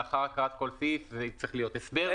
לאחר הקראת כל סעיף צריך להיות הסבר,